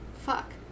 fuck